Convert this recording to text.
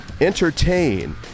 entertain